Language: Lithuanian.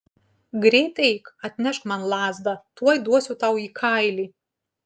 greit eik atnešk man lazdą tuoj duosiu tau į kailį